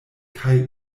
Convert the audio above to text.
kaj